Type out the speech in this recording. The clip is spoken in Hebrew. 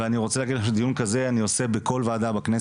ואני רוצה להגיד לכם שדיון כזה אני עושה בכל וועדה בכנסת.